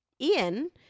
Ian